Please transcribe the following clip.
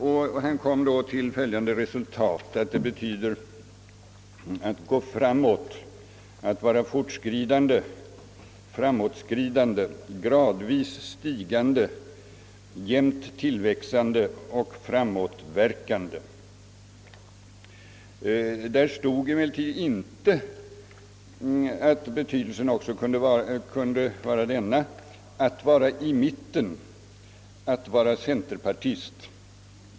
Han kom till resultatet att ordet progressiv betyder gå framåt, att vara fortskridande, framåtskridande, gradvis stigande, jämnt tillväxande och framåtverkande. Där stod emellertid inte att betydelsen också kunde vara denna: att vara i mitten, att vara centerpartist.